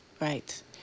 Right